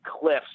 cliffs